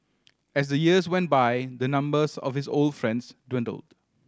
as the years went by the numbers of his old friends dwindled